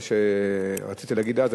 מה שרציתי להגיד אז,